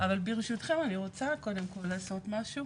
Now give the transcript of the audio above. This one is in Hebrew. אבל ברשותכם, אני רוצה קודם כל לעשות משהו,